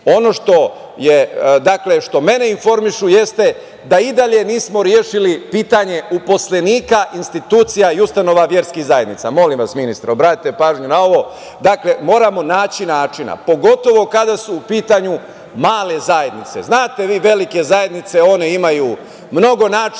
ispuštene. Ono što mene informišu jeste da i dalje nismo rešili pitanje službenika institucija i ustanova verskih zajednica. Molim vas, ministre, obratite pažnju na ovo. Dakle, moramo naći načina, pogotovo kada su u pitanju male zajednice. Velike zajednice imaju mnogo načina